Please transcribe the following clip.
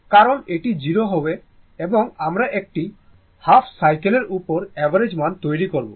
কারণ এটি 0 এবং আমরা একটি হাফ সাইকেলের উপর অ্যাভারেজমান তৈরী করব